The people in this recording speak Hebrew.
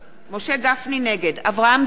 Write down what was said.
נגד אברהם דואן,